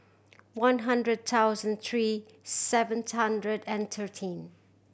one hundred thousand three seven hundred and thirteen